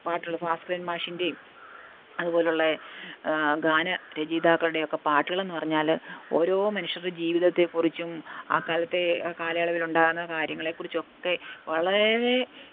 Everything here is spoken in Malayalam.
പാട്ടുകൾ ഭാസ്ക്കരൻ മാഷിൻ്റേയും അതുപോലെയുള്ള ഗാന രചയിതാക്കളുടെയൊക്കെ പാട്ടുകളെന്ന് പറഞ്ഞാൽ ഓരോ മനുഷ്യരുടെ ജീവിതത്തെക്കുറിച്ചും അക്കാലത്തെ ആ കാലയളവിലുണ്ടാകുന്ന കാര്യങ്ങളെക്കുറിച്ചൊക്കെ വളരേ